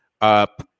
up